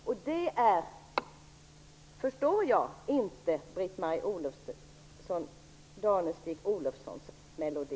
Jag förstår att detta inte är Britt-Marie Danestig-Olofssons melodi.